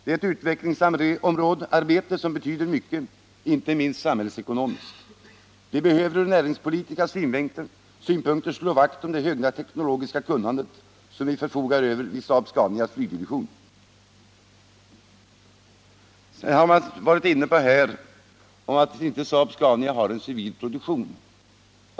Det är ett utvecklingsarbete som betyder mycket inte minst samhällsekonomiskt. Vi behöver ur näringspolitiska synpunkter slå vakt om det höga teknologiska kunnande som vi förfogar över vid Saab-Scanias flygdivision. > Sedan har man varit inne på att Saab-Scania inte har någon civil produktion.